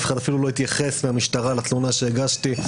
אף אחד אפילו לא התייחס מהמשטרה לתלונה שהגשתי.